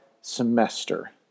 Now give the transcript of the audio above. semester